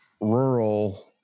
rural